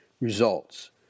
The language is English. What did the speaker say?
results